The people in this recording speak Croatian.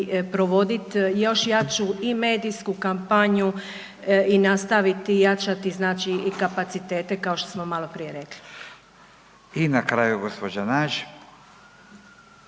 provoditi još jaču i medijsku kampanju i nastaviti jačati znači i kapacitete kao što smo malo prije rekli. **Radin, Furio